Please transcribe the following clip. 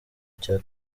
cya